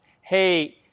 Hey